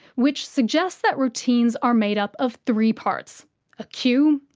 which suggests that routines are made up of three parts a cue,